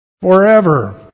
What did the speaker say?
forever